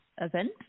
event